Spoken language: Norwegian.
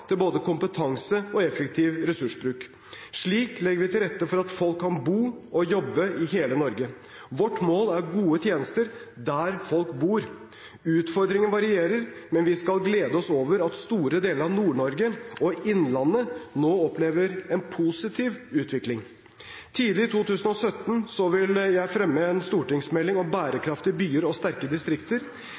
til både kompetanse og effektiv ressursbruk. Slik legger vi til rette for at folk kan bo og jobbe i hele Norge. Vårt mål er gode tjenester der folk bor. Utfordringene varierer, men vi skal glede oss over at store deler av Nord-Norge og innlandet nå opplever en positiv utvikling. Tidlig i 2017 vil jeg fremme en stortingsmelding om bærekraftige byer og sterke distrikter.